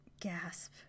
Gasp